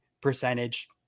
percentage